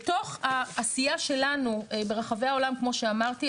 בתוך העשייה שלנו ברחבי העולם כמו שאמרתי,